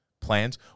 plans